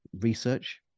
research